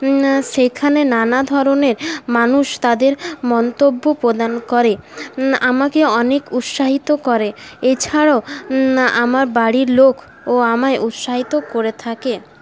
সেখানে নানা ধরণের মানুষ তাদের মন্তব্য প্রদান করে আমাকে অনেক উৎসাহিত করে এছাড়াও আমার বাড়ির লোকও আমায় উৎসাহিত করে থাকে